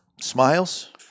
Smiles